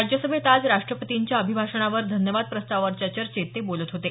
राज्यसभेत आज राष्ट्रपतींच्या अभिभाषणावर धन्यवाद प्रस्तावावरच्या चर्चेत ते बोलत होते